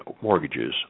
mortgages